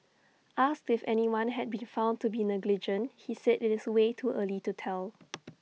asked if anyone had been found to be negligent he said IT is way too early to tell